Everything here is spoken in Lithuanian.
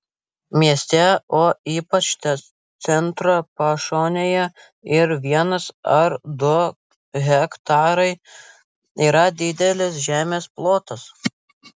mieste o ypač centro pašonėje ir vienas ar du hektarai yra didelis žemės plotas